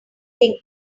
thing